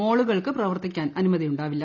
മാളുകൾക്ക് പ്രവർത്തിക്കാൻ അനുമതിയുണ്ടാവില്ല